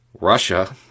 Russia